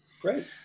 great